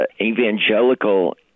evangelical